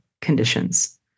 conditions